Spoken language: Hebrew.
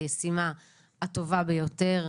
הישימה והטובה ביותר.